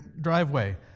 driveway